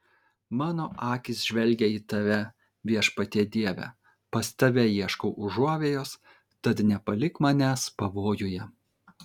mano akys žvelgia į tave viešpatie dieve pas tave ieškau užuovėjos tad nepalik manęs pavojuje